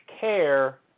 care